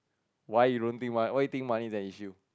why you don't think why why think money is an issue